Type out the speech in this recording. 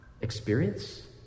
experience